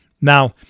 Now